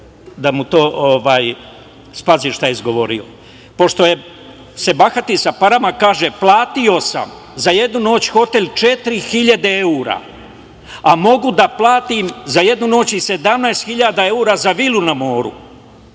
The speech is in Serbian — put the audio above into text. neće da spazi šta je izgovorio. Pošto se bahati sa parama, kaže: „Platio sam za jednu noć hotel 4.000 evra, a mogu da platim za jednu noć i 17.000 evra za vilu na moru,